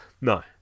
No